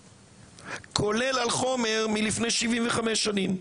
כולל על חומר מלפני 75 שנים?